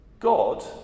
God